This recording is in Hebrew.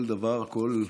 כל דבר, כל אירוע,